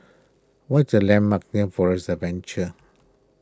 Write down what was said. what the landmarks near Forest Adventure